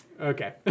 okay